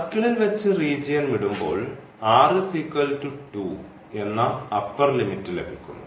സർക്കിളിൽ വെച്ച് റീജിയൻ വിടുമ്പോൾ എന്ന അപ്പർ ലിമിറ്റ് ലഭിക്കുന്നു